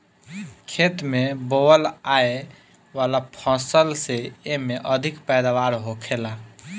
खेत में बोअल आए वाला फसल से एमे अधिक पैदावार होखेला